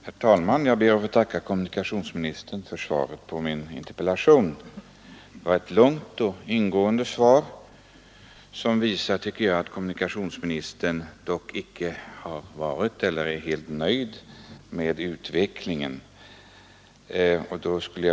Herr talman! Jag ber att få tacka kommunikationsministern för svaret på min interpellation. Det var ett långt och ingående svar som dock, tycker jag, visar att kommunikationsministern icke är helt nöjd med utvecklingen.